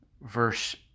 verse